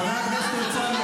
חבר הכנסת הרצנו,